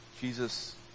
Jesus